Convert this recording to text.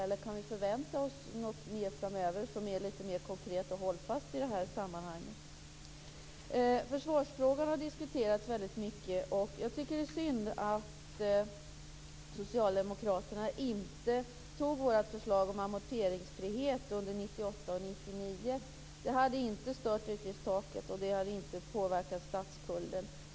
Eller kan vi förvänta oss något mer framöver som är litet mer konkret och hållfast i det här sammanhanget? Försvarsfrågan har diskuterats mycket. Jag tycker att det är synd att socialdemokraterna inte antog vårt förslag om amorteringsfrihet under 1998 och 1999. Det hade inte stört utgiftstaket och det hade inte påverkat statsskulden.